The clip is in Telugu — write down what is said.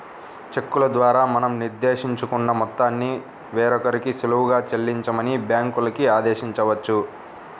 చెక్కుల ద్వారా మనం నిర్దేశించుకున్న మొత్తాన్ని వేరొకరికి సులువుగా చెల్లించమని బ్యాంకులకి ఆదేశించవచ్చు